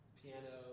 piano